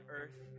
earth